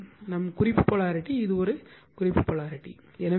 இது நம் குறிப்பு போலாரிட்டி இது ஒரு குறிப்பு போலாரிட்டி